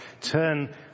turn